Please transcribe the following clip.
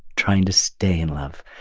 trying to stay in love,